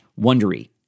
Wondery